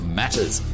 matters